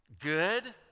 good